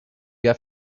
got